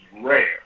rare